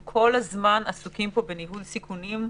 אנחנו כל הזמן עסוקים פה בניהול סיכונים.